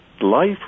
life